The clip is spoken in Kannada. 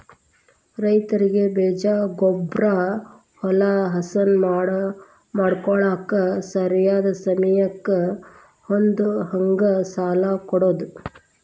ರೈತರಿಗೆ ಬೇಜ, ಗೊಬ್ಬ್ರಾ, ಹೊಲಾ ಹಸನ ಮಾಡ್ಕೋಳಾಕ ಸರಿಯಾದ ಸಮಯಕ್ಕ ಹೊಂದುಹಂಗ ಸಾಲಾ ಕೊಡುದ